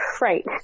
right